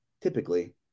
typically